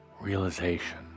Realization